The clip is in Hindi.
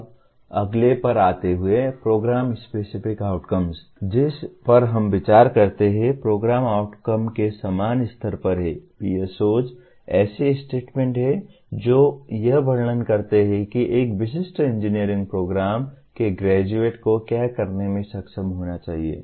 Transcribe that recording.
अब अगले पर आते हुए प्रोग्राम स्पेसिफिक आउटकम जिस पर हम विचार करते हैं प्रोग्राम आउटकम के समान स्तर पर हैं PSOs ऐसे स्टेटमेंट हैं जो यह वर्णन करते हैं कि एक विशिष्ट इंजीनियरिंग प्रोग्राम के ग्रेजुएट को क्या करने में सक्षम होना चाहिए